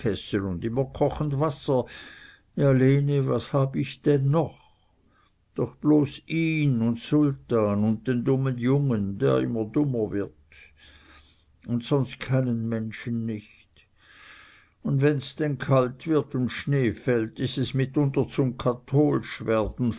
immer kochend wasser ja lene was hab ich denn noch doch bloß ihn un sultan und den dummen jungen der immer dummer wird un sonst keinen menschen nich und wenn's denn kalt wird und schnee fällt is es mitunter zum katholisch werden